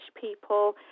people